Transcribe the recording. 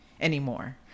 anymore